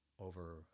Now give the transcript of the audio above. Over